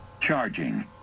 Charging